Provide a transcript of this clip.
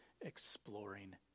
exploring